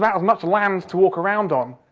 yeah as much land to walk around on,